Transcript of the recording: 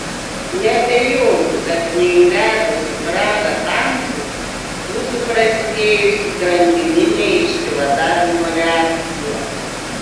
neabejoju kad neįvedus į prahą tankų būtų prasidėjusi grandininė išsivadavimo reakcija